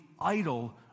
idol